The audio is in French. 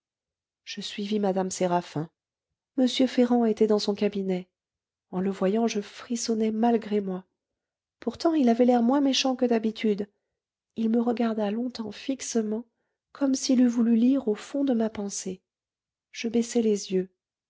je suivis mme séraphin m ferrand était dans son cabinet en le voyant je frissonnai malgré moi pourtant il avait l'air moins méchant que d'habitude il me regarda longtemps fixement comme s'il eût voulu lire au fond de ma pensée je baissai les yeux